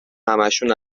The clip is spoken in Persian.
همشون